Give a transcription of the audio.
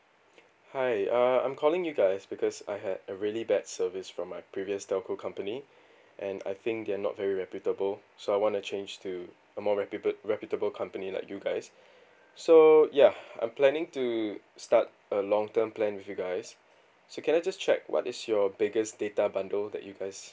hi err I'm calling you guys because I had a really bad service from my previous telco company and I think they're not very reputable so I wanna change to a more reputa~ reputable company like you guys so ya I'm planning to start a long term plan with you guys so can I just check what is your biggest data bundle that you guys